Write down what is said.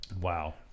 Wow